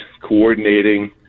coordinating